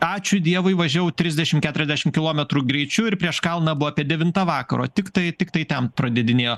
ačiū dievui važiavau trisdešim keturiasdešim kilometrų greičiu ir prieš kalną buvo apie devintą vakaro tiktai tiktai temt pradėdinėjo